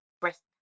breast